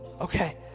okay